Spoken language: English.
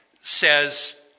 says